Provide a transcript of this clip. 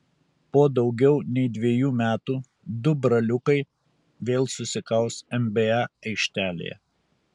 po daugiau nei dviejų metų du braliukai vėl susikaus nba aikštelėje